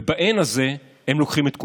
ובאין הזה הם לוקחים את כולנו.